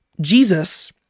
Jesus